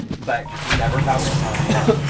but just never found the time.